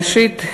ראשית,